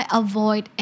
avoid